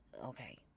Okay